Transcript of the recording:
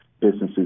businesses